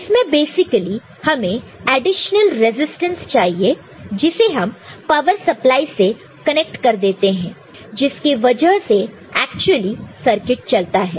इसमें बेसिकली हमें additional resistance चाहिए जिसे हम पावर सप्लाई से कनेक्ट कर देते हैं जिसके वजह से एक्चुअली सर्किट चलता है